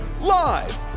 live